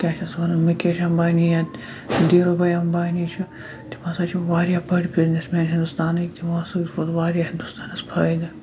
کیٛاہ چھِ اَتھ وَنان مُکیش اَمبانی یا دھیٖروٗ بھایی اَمبانی چھُ تِم ہَسا چھِ واریاہ بٔڈۍ بِزنٮ۪س مین ہِندوستانٕکۍ تِمو حظ سوٗزۍ پَتہٕ واریاہ ہِندوستانَس فٲیِدٕ